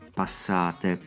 passate